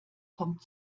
kommt